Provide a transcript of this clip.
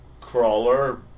crawler